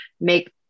make